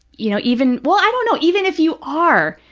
you know, even, well, i don't know. even if you are,